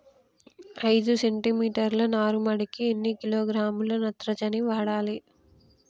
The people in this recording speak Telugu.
ఐదు సెంటి మీటర్ల నారుమడికి ఎన్ని కిలోగ్రాముల నత్రజని వాడాలి?